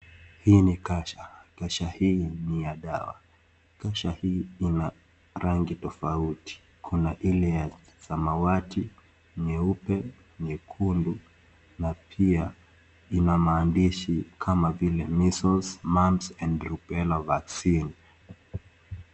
Hii ni kasha. Kasha hii ni ya dawa. Kasha hii ina rangi tofauti. Kuna ile ya samawati, nyeupe, nyekundu, na pia ina maandishi kama vile (cs) measles, mumps, and rubella vaccine .